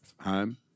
home